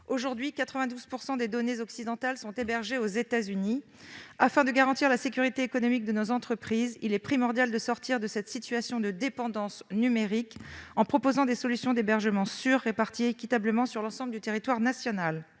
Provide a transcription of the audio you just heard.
Aujourd'hui, 92 % des données occidentales sont hébergées aux États-Unis. Afin de garantir la sécurité économique de nos entreprises, il est primordial de sortir de cette situation de dépendance numérique en proposant des solutions d'hébergement sûres, réparties équitablement sur l'ensemble du territoire national.